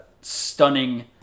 stunning